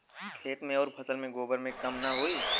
खेत मे अउर फसल मे गोबर से कम ना होई?